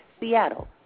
Seattle